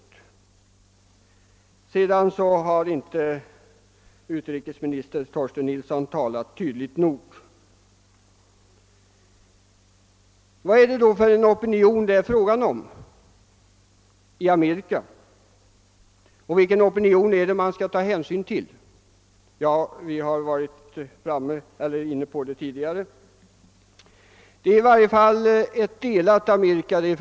I det senare fallet gäller kritiken att utrikesminister Torsten Nilsson inte skulle ha talat tydligt nog. Vilken opinion i Amerika är det då som vi skall ta hänsyn till? Vi har varit inne på den frågan tidigare i debatten. Vi kan konstatera, att opinionen i Amerika är delad.